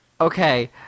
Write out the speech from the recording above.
okay